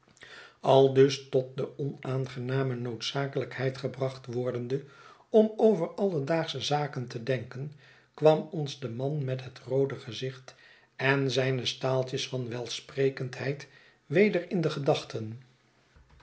aldus tot de onaangename noodzakelijkheid gebracht wordende om over ailedaagsche zaken te denken kwam ons de man met het roode gezicht en zijne staaltjes van welsprekendheid weder in de gedachten